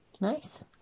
Nice